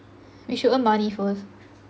we should earn money first